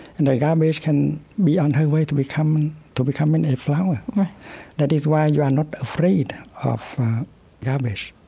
and garbage can be on her way to becoming to becoming a flower right that is why you are not afraid of garbage.